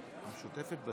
50, נגד,